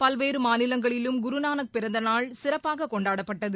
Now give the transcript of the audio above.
பல்வேறு மாநிலங்களிலும் குருநானக் பிறந்தநாள் சிறப்பாக கொண்டாடப்பட்டது